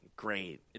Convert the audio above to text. Great